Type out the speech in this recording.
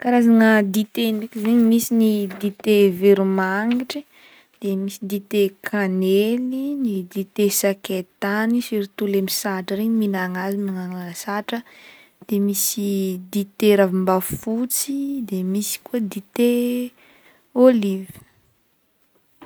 Karazagna dite ndraiky zegny misy ny dite veromagnitry, de misy dite kanely, ny dite sakaitany, surtout le misatra regny minana azy manala satra de misy dite ravimbafotsy, de misy koa dite oliva.